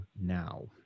now